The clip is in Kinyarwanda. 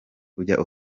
ujya